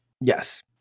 Yes